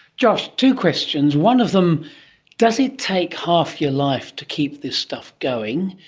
josh, two questions, one of them does it take half your life to keep this stuff going?